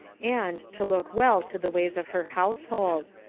and to look well to the ways of her household,